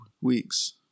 weeks